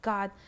God